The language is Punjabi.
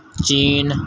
ਚੀਨ